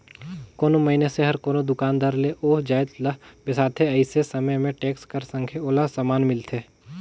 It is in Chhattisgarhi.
कोनो मइनसे हर कोनो दुकानदार ले ओ जाएत ल बेसाथे अइसे समे में टेक्स कर संघे ओला समान मिलथे